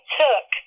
took